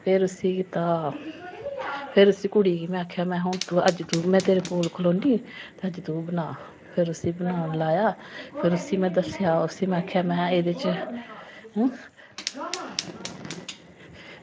ते फिर में उसी कुड़ी गी आक्खेआ कि अज्ज में तेरे कोल खड़ोगी अज्ज तू बनाऽ फिर अज्ज उसी बनाने ई लाया ते उसी में दस्सेआ उसी में आक्खेआ कि एह्दे बिच